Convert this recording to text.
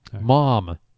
Mom